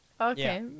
Okay